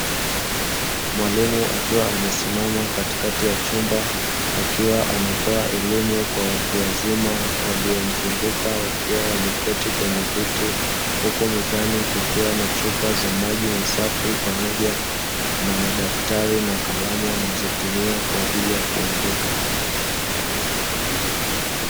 Mwalimu akiwa amesimama katikati ya chumba, akiwa anatoa elimu kwa watu wazima waliomzunguka wakiwa wameketi kwenye viti; huku mezani kukiwa na chupa za maji masafi pamoja na madaftari na kalamu wanazotumia kwa ajili ya kuandika.